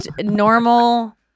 normal